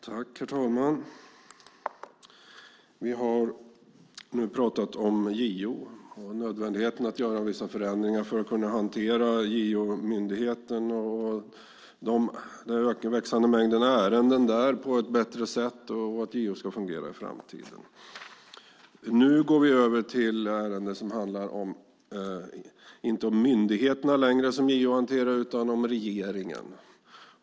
Herr talman! Vi har pratat om JO och nödvändigheten av att göra vissa förändringar för att bättre kunna hantera JO-myndigheten och den växande mängden ärenden där och om hur JO ska fungera bättre i framtiden. Nu går vi över till ett ärende som inte handlar om de myndigheter som JO hanterar utan om regeringen.